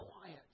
quiet